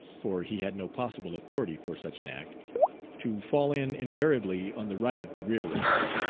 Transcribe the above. for he had no possible authority for such an act to fall in invariably on the right of the rear rank.